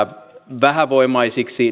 vähävoimaisiksi